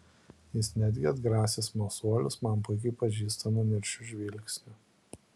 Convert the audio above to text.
ji netgi atgrasė smalsuolius man puikiai pažįstamu niršiu žvilgsniu